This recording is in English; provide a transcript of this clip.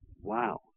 Wow